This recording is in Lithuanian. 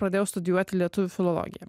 pradėjau studijuoti lietuvių filologiją